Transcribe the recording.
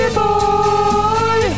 boy